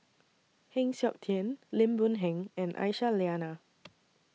Heng Siok Tian Lim Boon Heng and Aisyah Lyana